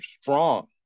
strong